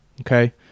Okay